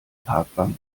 parkbank